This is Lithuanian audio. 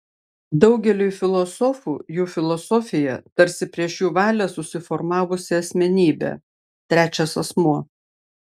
daugeliui filosofų jų filosofija tarsi prieš jų valią susiformavusi asmenybė trečias asmuo